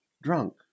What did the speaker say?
Drunk